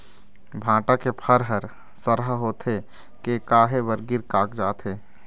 भांटा के फर हर सरहा होथे के काहे बर गिर कागजात हे?